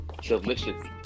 delicious